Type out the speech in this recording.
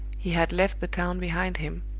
he had left the town behind him,